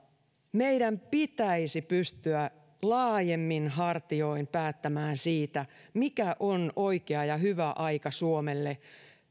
meidän pitäisi pystyä laajemmin hartioin päättämään siitä mikä on oikea ja hyvä aika suomelle